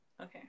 Okay